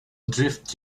drift